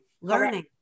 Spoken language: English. Learning